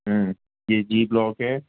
یہ G block ہے